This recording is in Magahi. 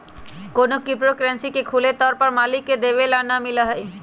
कौनो क्रिप्टो करन्सी के खुले तौर पर मालिक के देखे ला ना मिला हई